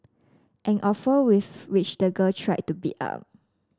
an offer which the girl tried to beat up